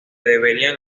deberían